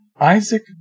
Isaac